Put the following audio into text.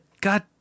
God